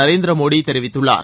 நரேந்திர மோடி தெரிவித்துள்ளார்